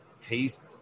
taste